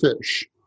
fish